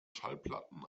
schallplatten